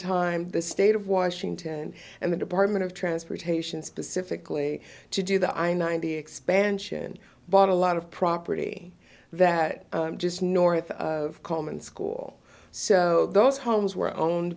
time the state of washington and the department of transportation specifically to do the i ninety expansion bought a lot of property that just north of coleman school so those homes were owned